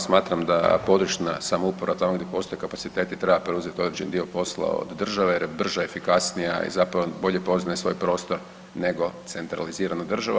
Smatram da područna samouprava tamo gdje postoji kapaciteti treba preuzeti određeni dio posla od države jer je brža efikasnija, i zapravo bolje poznaje svoj prostor nego centralizirana država.